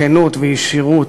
כנות וישירות.